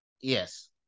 yes